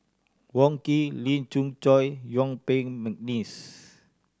Wong Keen Lee Khoon Choy Yuen Peng McNeice